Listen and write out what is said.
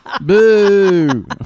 boo